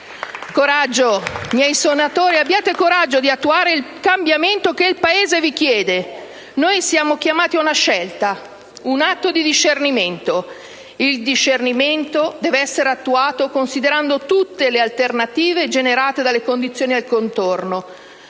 Coraggio, miei senatori: abbiate il coraggio di attuare il cambiamento che il Paese vi chiede! Noi siamo chiamati a una scelta, a un atto di discernimento. Il discernimento deve essere attuato considerando tutte le alternative generate dalle condizioni al contorno.